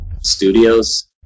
Studios